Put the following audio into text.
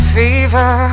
fever